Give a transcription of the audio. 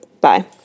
Bye